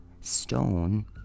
Stone